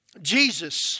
Jesus